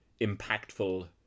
impactful